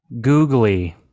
googly